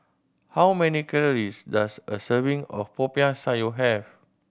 how many calories does a serving of Popiah Sayur have